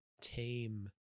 tame